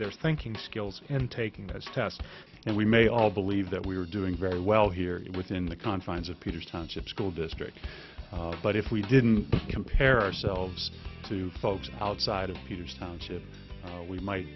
their thinking skills and taking those tests and we may all believe that we are doing very well here within the confines of peter's township school district but if we didn't compare ourselves to folks outside of peter's township we might